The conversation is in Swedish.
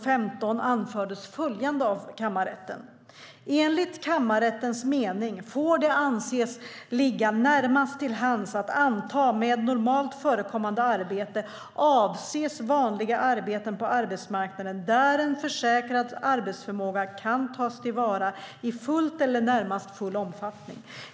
15 anfördes följande av kammarrätten: "Enligt kammarrättens mening får det anses ligga närmast till hands att anta att med 'normalt förekommande arbete' avses vanliga arbeten på arbetsmarknaden där en försäkrads arbetsförmåga kan tas till vara i full eller närmast full omfattning.